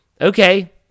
Okay